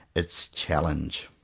its challenge.